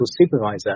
supervisor